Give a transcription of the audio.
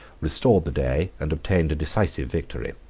restored the day, and obtained a decisive victory.